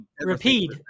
repeat